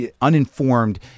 uninformed